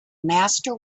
master